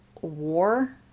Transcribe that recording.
war